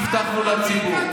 שהבטחנו לציבור.